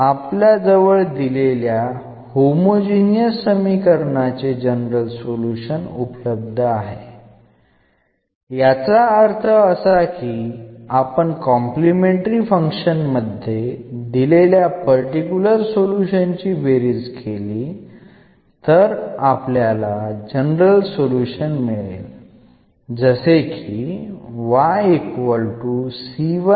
ഈ പർട്ടിക്കുലർ സൊലൂഷൻഉം കോംപ്ലിമെൻററി ഫംഗ്ഷനും കൂട്ടിച്ചേർത്താൽ ഈ ഹോമോജീനിയസ് സമവാക്യത്തിന്റെ ജനറൽ സൊലൂഷൻ എന്ന് നമുക്ക് ലഭിക്കും